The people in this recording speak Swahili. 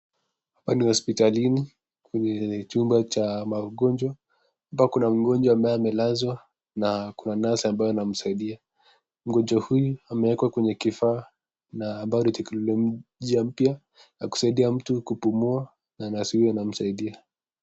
Hapa ni hospitalini kwenye chumba cha maugonjwa , hapa kuna mgonjwa ambaye amelazwa na kuna nasi ambaye anamsaidia , mgonjwa huyu amewekwa kwenye kifaa na ambayo ni teknolojia mpya ya kusaidia mtu kupumua na nasi huyu anamsaidia.